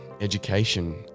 education